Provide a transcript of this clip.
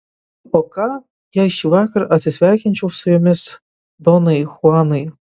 o ką jei šįvakar atsisveikinčiau su jumis donai chuanai